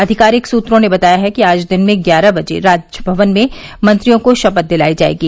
आधिकारिक सूत्रों ने बताया है कि आज दिन में ग्यारह बजे राजभवन में मंत्रियों को शपथ दिलाई जायेगी